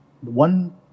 one